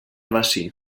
bací